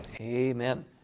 amen